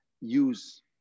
use